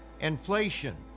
Inflation